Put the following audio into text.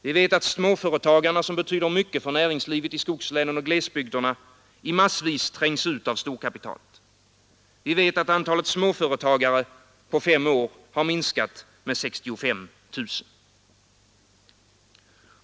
Vi vet att småföretagarna, som betyder mycket för näringslivet i skogslänen och glesbygderna, i massvis trängs ut av storkapitalet. Vi vet att antalet småföretagare på fem år har minskat med 65 000.